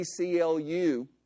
ACLU